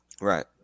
Right